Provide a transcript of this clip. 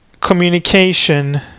communication